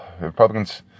Republicans